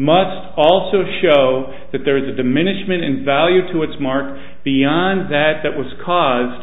must also show that there is a diminishment in value to its mark beyond that that was caused